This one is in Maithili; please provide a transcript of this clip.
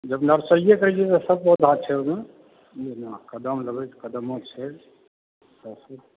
जब नर्सरीए करैत छियै तऽ सभ पौधा छै ओहिमे बुझलहूँ कदम लेबय कदमो छै सभ किछु छै